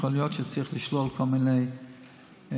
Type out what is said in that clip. יכול להיות שצריך לשלול כל מיני הטבות,